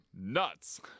Nuts